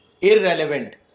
irrelevant